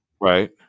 Right